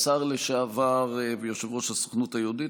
השר לשעבר ויושב-ראש הסוכנות היהודית